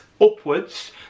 upwards